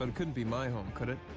um couldn't be my home, could it?